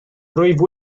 rwyf